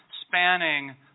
spanning